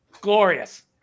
glorious